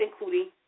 including